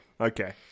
Okay